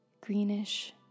greenish